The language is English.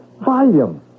volume